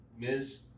Ms